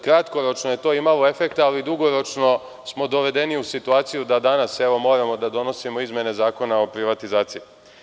Kratkoročno je to imalo efekta, ali dugoročno smo dovedeni u situaciju da danas moramo da donosimo izmene Zakona o privatizaciji.